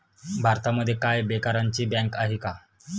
भारतामध्ये काय बेकारांची बँक आहे का?